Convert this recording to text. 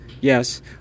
Yes